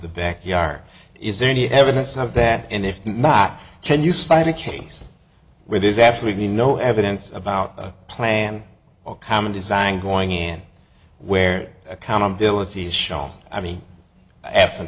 the back yard is there any evidence of that and if not can you cite a case where there is absolutely no evidence about a plan or common design going in where accountability is shown i mean a